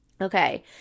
Okay